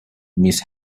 miss